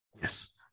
Yes